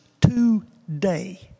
today